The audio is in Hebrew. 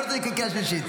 לא רוצה לקרוא קריאה שלישית.